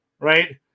right